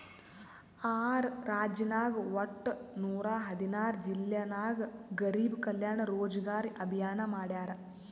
R ರಾಜ್ಯನಾಗ್ ವಟ್ಟ ನೂರಾ ಹದಿನಾರ್ ಜಿಲ್ಲಾ ನಾಗ್ ಗರಿಬ್ ಕಲ್ಯಾಣ ರೋಜಗಾರ್ ಅಭಿಯಾನ್ ಮಾಡ್ಯಾರ್